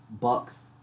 Bucks